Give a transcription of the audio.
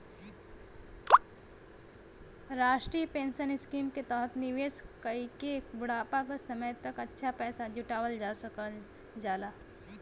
राष्ट्रीय pension scheme के तहत निवेश कइके बुढ़ापा क समय तक अच्छा पैसा जुटावल जा सकल जाला